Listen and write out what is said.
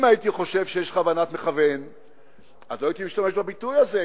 אם הייתי חושב שיש כוונת מכוון לא הייתי משתמש בביטוי הזה,